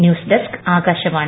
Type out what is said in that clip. news desk Akashvani